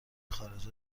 خارجه